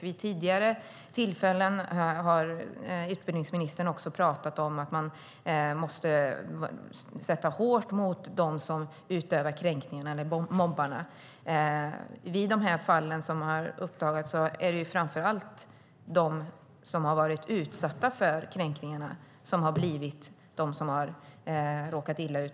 Vid tidigare tillfällen har utbildningsministern också talat om att sätta hårt mot dem som utövar kränkningar eller mobbar. I de fall som har uppdagats är det framför allt de som har varit utsatta för kränkningarna som har råkat illa ut.